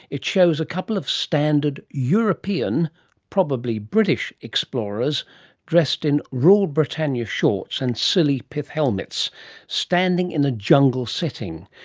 it shows a couple of standard, european probably british explorers dressed in rule britannia shorts and silly pith helmets standing in a jungle setting.